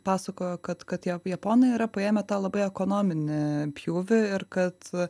pasakojo kad kad ja japonai yra paėmę tą labai ekonominį pjūvį ir kad